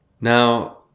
Now